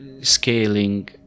scaling